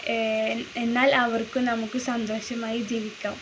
എന്നാൽ അവർക്കും നമുക്കും സന്തോഷമായി ജീവിക്കാം